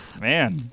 man